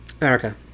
America